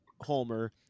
Homer